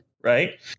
right